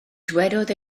dywedodd